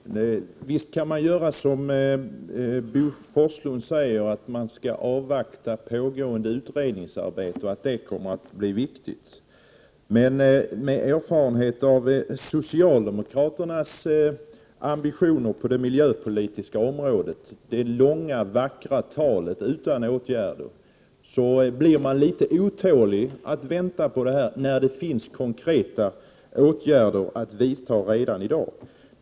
Herr talman! Visst kan man, som Bo Forslund säger, avvakta ett viktigt pågående utredningsarbete. Men med erfarenhet av socialdemokraternas ambitioner på det miljöpolitiska området — det långa, vackra talet utan åtgärder — blir man litet otålig, eftersom det finns konkreta åtgärder att vidta redan i dag.